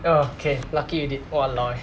okay lucky you did !walao! eh